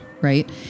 Right